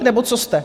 Nebo co jste?